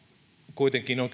kuitenkin on